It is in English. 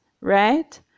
right